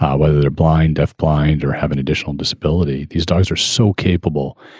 whether they're blind, deaf, blind or have an additional disability? these dogs are so capable.